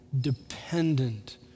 dependent